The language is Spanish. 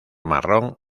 marrón